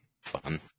Fun